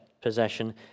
possession